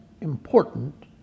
important